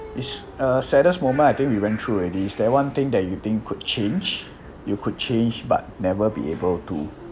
is uh saddest moment I think we went through already is there one thing that you think could change you could change but never be able to